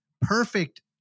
perfect